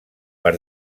per